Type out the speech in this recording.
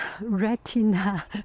retina